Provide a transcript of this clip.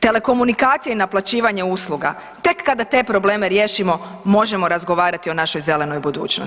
Telekomunikacije i naplaćivanje usluga, tek kada te probleme riješimo možemo razgovarati o našoj zelenoj budućnosti.